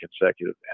consecutive